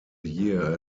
year